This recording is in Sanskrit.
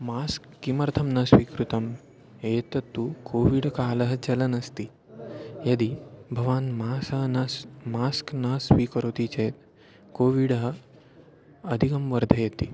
मास्क् किमर्थं न स्वीकृतम् एतत्तु कोविड् कालः चलन्नस्ति यदि भवान् मासः न मास्क् न स्वीकरोति चेत् कोविडः अधिकं वर्धयति